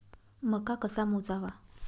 मका कसा मोजावा?